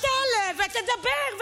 אז תעלה ותדבר.